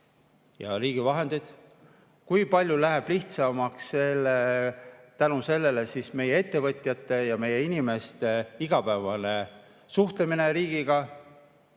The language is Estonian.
ja riigi vahendeid? Kui palju läheb lihtsamaks tänu sellele meie ettevõtjate ja meie inimeste igapäevane suhtlemine riigiga?